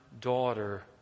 daughter